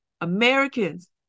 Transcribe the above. Americans